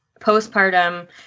postpartum